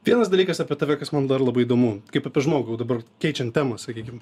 vienas dalykas apie tave kas man dar labai įdomu kaip apie žmogų jau dabar keičiant temą sakykim